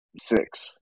six